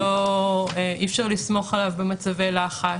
אי-אפשר לסמוך עליו במצבי לחץ.